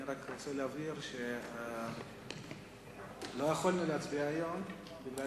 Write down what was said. אני רק רוצה להבהיר שלא יכולנו להצביע היום בגלל